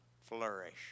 flourish